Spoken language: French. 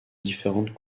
différentes